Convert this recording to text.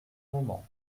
moment